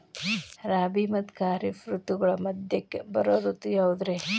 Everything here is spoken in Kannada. ರಾಬಿ ಮತ್ತ ಖಾರಿಫ್ ಋತುಗಳ ಮಧ್ಯಕ್ಕ ಬರೋ ಋತು ಯಾವುದ್ರೇ?